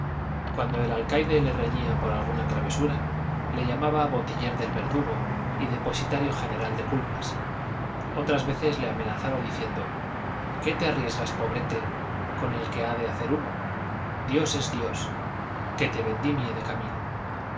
cuando el alcaide le reñía por alguna travesura le llamaba botiller del verdugo y depositario general de culpas otras veces le amenazaba diciendo qué te arriesgas pobrete con el que ha de hacer humo dios es dios que te vendimie de camino